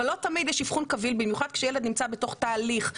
אבל לא תמיד יש אבחון כביל במיוחד כשילד נמצא בתוך תהליך.